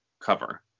cover